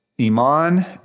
Iman